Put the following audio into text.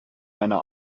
einer